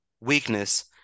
weakness